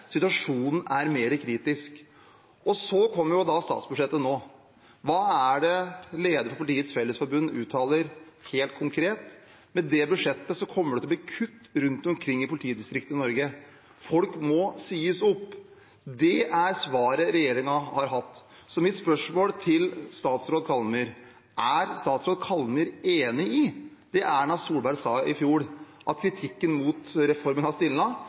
situasjonen var mer kritisk. Så kom jo statsbudsjettet nå, og hva er det lederen for Politiets Fellesforbund uttaler helt konkret? Han sier at med det budsjettet kommer det til å bli kutt rundt omkring i politidistriktene i Norge, at folk må sies opp. Det er svaret fra regjeringen. Mitt spørsmål til statsråd Kallmyr er: Er statsråd Kallmyr enig i det Erna Solberg sa i fjor, at kritikken mot reformen har